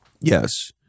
yes